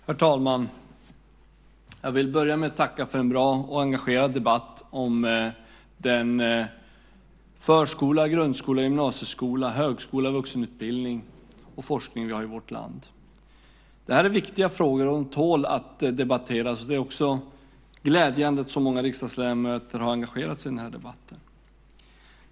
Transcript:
Herr talman! Jag vill börja med att tacka för en bra och engagerad debatt om den förskola, grundskola, gymnasieskola, högskola, vuxenutbildning och forskning som vi har i vårt land. Det här är viktiga frågor, och de tål att debatteras. Det är också glädjande att så många riksdagsledamöter har engagerat sig i den här debatten.